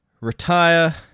retire